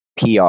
PR